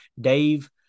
Dave